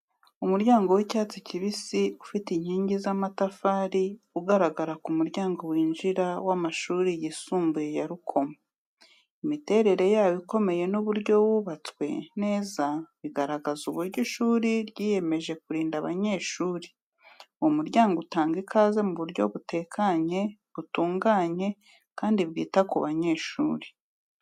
Umuryango w’icyatsi kibisi, ufite inkingi z’amatafari ugaragara ku muryango winjira w'amashuri yisumbuye ya Rukomo. Imiterere yawo ikomeye n’uburyo wubatswe neza bigaragaza uburyo ishuri ryiyemeje kurinda abanyeshuri. Uwo muryango utanga ikaze mu buryo butekanye, butunganye kandi bwita ku banyeshuri.